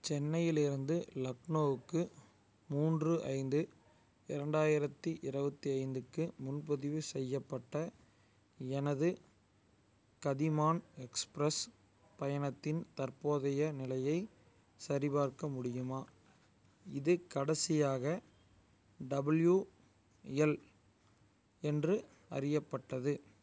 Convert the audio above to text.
சென்னையிலிருந்து லக்னோவுக்கு மூன்று ஐந்து இரண்டாயிரத்தி இருபத்தி ஐந்துக்கு முன்பதிவு செய்யப்பட்ட எனது கதிமான் எக்ஸ்பிரஸ் பயணத்தின் தற்போதைய நிலையைச் சரிபார்க்க முடியுமா இது கடைசியாக டபிள்யூஎல் என்று அறியப்பட்டது